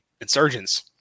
insurgents